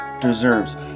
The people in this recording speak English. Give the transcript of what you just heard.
deserves